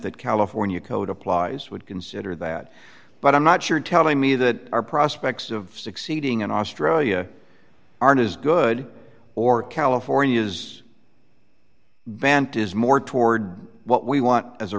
that california code applies would consider that but i'm not sure telling me that our prospects of succeeding in australia aren't as good or california is banned is more toward what we want as a